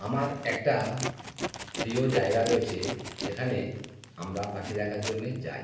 আমার একটা প্রিয় জায়গা রয়েছে যেখানে আমরা পাখি দেখার জন্যে যাই